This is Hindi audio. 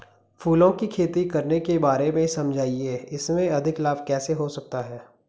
फूलों की खेती करने के बारे में समझाइये इसमें अधिक लाभ कैसे हो सकता है?